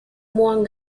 wong